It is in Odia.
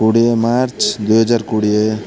କୋଡ଼ିଏ ମାର୍ଚ୍ଚ ଦୁଇ ହଜାର କୋଡ଼ିଏ